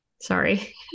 sorry